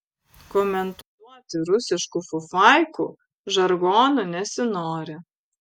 komentuoti rusiškų fufaikų žargonu nesinori